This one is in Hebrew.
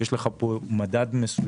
יש לך פה מדד מסוים.